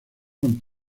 con